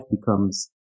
becomes